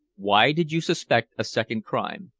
why did you suspect a second crime?